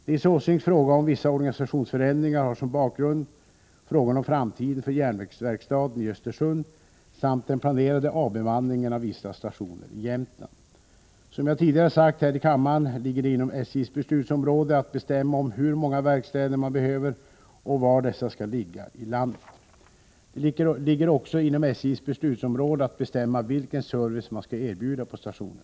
Nils Åslings fråga om vissa organisationsförändringar har som bakgrund frågan om framtiden för järnvägsverkstaden i Östersund samt den planerade Som jag tidigare sagt här i kammaren ligger det inom SJ:s beslutsområde att bestämma om hur många verkstäder man behöver och var i landet dessa skall ligga. Det ligger också inom SJ:s beslutsområde att bestämma vilken service man skall erbjuda på stationerna.